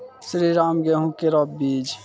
श्रीराम गेहूँ केरो बीज?